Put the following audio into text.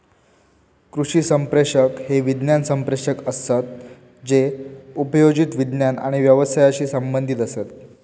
कृषी संप्रेषक हे विज्ञान संप्रेषक असत जे उपयोजित विज्ञान आणि व्यवसायाशी संबंधीत असत